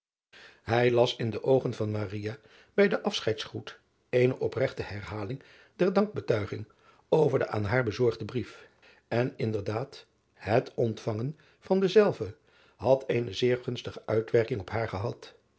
ij las in de oogen van bij den afscheidsroet eene opregte herhaling der dankbetuiging over den aan haar bezorgden brief n in der daad het ontvangen van denzelven had eene zeer gunstige uitwerking op haar gehad